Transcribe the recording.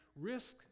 risk